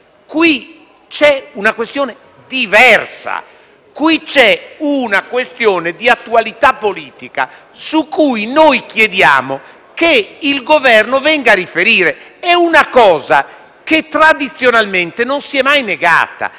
c'è una questione diversa. Qui c'è una questione di attualità politica su cui noi chiediamo che il Governo venga a riferire. È una cosa che tradizionalmente non si è mai negata.